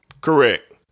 Correct